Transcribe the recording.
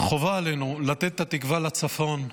חובה עלינו לתת את התקווה לצפון,